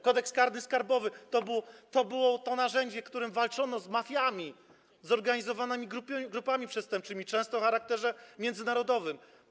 Kodeks karny skarbowy to było to narzędzie, którym walczono z mafiami, zorganizowanymi grupami przestępczymi, często o charakterze międzynarodowym.